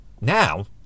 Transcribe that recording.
Now